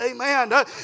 Amen